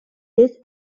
this